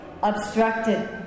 Obstructed